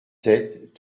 sept